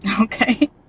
Okay